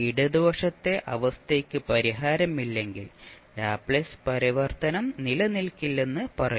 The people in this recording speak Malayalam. ഇടതുവശത്തെ അവസ്ഥയ്ക്ക് പരിഹാരം ഇല്ലെങ്കിൽ ലാപ്ലേസ് പരിവർത്തനം നിലനിൽക്കില്ലെന്ന് പറയും